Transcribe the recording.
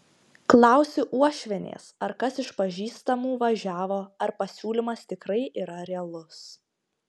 klausiu uošvienės ar kas iš pažįstamų važiavo ar pasiūlymas tikrai yra realus